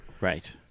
Right